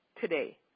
Today